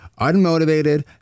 unmotivated